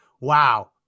wow